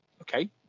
okay